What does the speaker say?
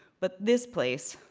but this place,